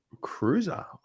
cruiser